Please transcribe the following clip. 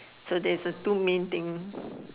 so that is the two main thing